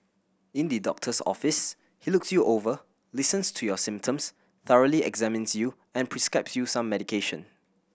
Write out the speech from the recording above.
in the doctor's office he looks you over listens to your symptoms thoroughly examines you and prescribes you some medication